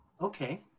Okay